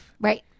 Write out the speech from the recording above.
Right